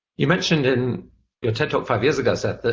you mentioned in your ted talk five years ago, seth,